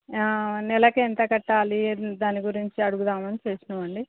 నెలకి ఎంత కట్టాలి దాని గురించి అడుగుదామని చేశామండి